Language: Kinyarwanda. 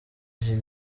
iki